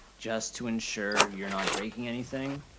just to ensure you're not breaking anything.